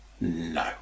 No